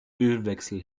ölwechsel